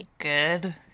good